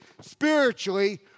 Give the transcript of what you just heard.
spiritually